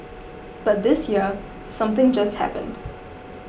but this year something just happened